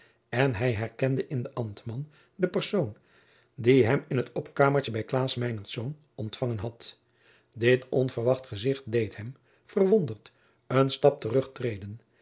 en hij herkende in den ambtman de persoon die hem in het opkamertje hij klaas meinertz ontfangen had dit onverwacht gezicht deed hem verwonderd een stap terug treden